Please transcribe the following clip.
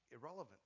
irrelevant